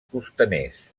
costaners